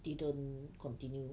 didn't continue